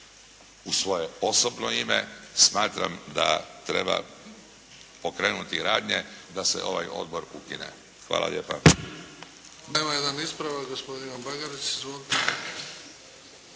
u svoje osobno ime smatram da treba pokrenuti radnje da se ovaj odbor ukine. Hvala lijepa.